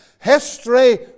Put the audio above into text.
History